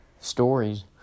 stories